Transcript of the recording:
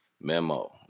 Memo